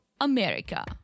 America